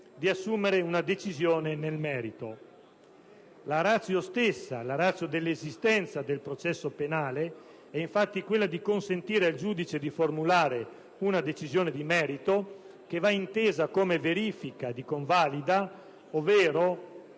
di assumere una decisione nel merito. La *ratio* stessa dell'esistenza del processo penale è infatti quella di consentire al giudice di formulare una decisione di merito che va intesa come verifica di convalida ovvero,